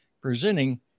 presenting